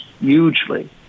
hugely